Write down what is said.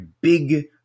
big